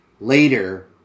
later